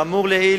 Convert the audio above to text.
כאמור לעיל,